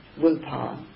willpower